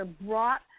brought